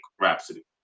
Rhapsody